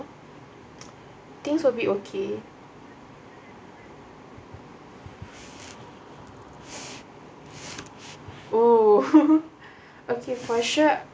things will be okay oh okay for sure